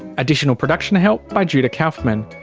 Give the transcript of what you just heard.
additional production help by judah kauffman,